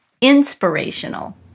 inspirational